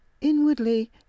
inwardly